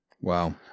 Wow